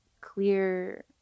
clear